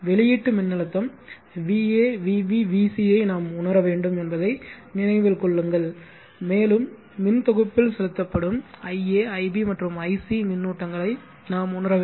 வெளியீட்டு மின்னழுத்தம் va vb vc ஐ நாம் உணர வேண்டும் என்பதை நினைவில் கொள்ளுங்கள் மேலும் மின் தொகுப்பில் செலுத்தப்படும் ia ib மற்றும் ic மின்னூட்டங்களை நாம் உணர வேண்டும்